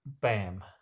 bam